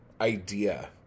idea